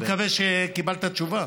אני מקווה שקיבלת את התשובה.